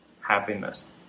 happiness